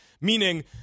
Meaning